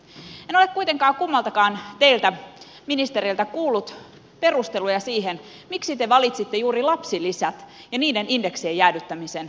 en ole kuitenkaan kummaltakaan teiltä ministereiltä kuullut perusteluja siihen miksi te valitsitte juuri lapsilisät ja niiden indeksien jäädyttämisen leikkauskohteeksenne